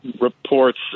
reports